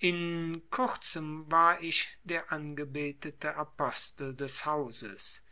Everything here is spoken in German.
in kurzem war ich der angebetete apostel des hauses